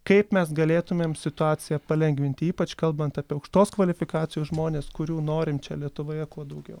kaip mes galėtumėm situaciją palengvinti ypač kalbant apie aukštos kvalifikacijos žmones kurių norim čia lietuvoje kuo daugiau